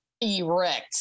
erect